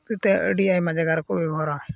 ᱦᱚᱛᱮᱛᱮ ᱟᱹᱰᱤ ᱟᱭᱢᱟ ᱡᱟᱭᱜᱟ ᱨᱮᱠᱚ ᱵᱮᱵᱚᱦᱟᱨᱟ